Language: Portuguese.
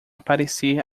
aparecer